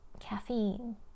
caffeine